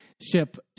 ship